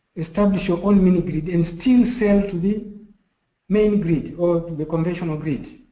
establish your own mini grid and still sell to the main grid or to the conventional grid.